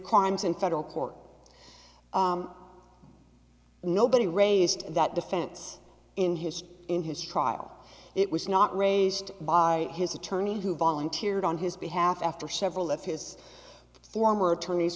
crimes in federal court and nobody raised that defense in his in his trial it was not raised by his attorney who volunteered on his behalf after several of his former attorneys